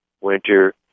winter